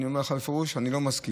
אני אומר לך בפירוש: אני לא מסכים.